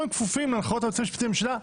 הם כפופים להנחיות היועץ המשפטי לממשלה,